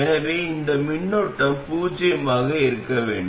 எனவே இந்த மின்னோட்டம் பூஜ்ஜியமாக இருக்க வேண்டும்